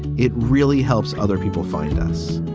it really helps other people find us